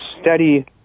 steady